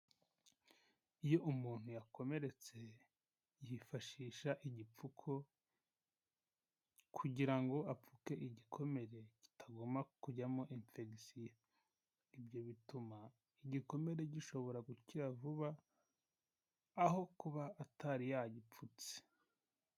Iyo umuntu yakomeretse yifashisha igipfuko kugira ngo apfuke igikomere kitagomba kujyamo infection ibyo bituma igikomere gishobora gukira vuba aho kuba atari yagipfutse.